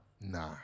Nah